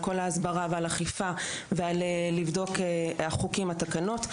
על כל ההסברה והאכיפה ועל לבדוק החוקים והתקנות.